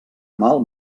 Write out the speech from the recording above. mal